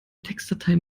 textdatei